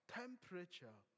temperature